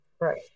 Right